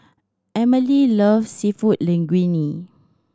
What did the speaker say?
Amelie loves Seafood Linguine